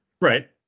Right